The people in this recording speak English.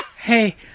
hey